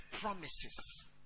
promises